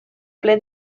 ple